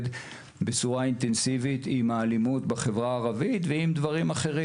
עם האלימות בחברה הערבית וגם עם דברים נוספים.